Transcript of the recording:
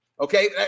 Okay